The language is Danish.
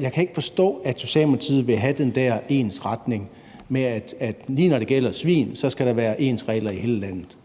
Jeg kan ikke forstå, at Socialdemokratiet vil have den her ensretning, hvor der, lige når det gælder svin, skal være ens regler i hele landet.